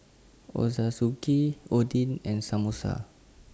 Ochazuke Oden and Samosa